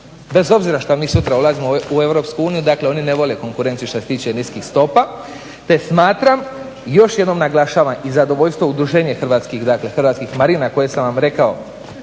bez obzira što mi sutra ulazimo u EU. Dakle, oni ne vole konkurenciju što se tiče niskih stopa. Te smatram još jednom naglašavam i zadovoljstvo udruženje hrvatskih, dakle hrvatskih marina koje sam vam rekao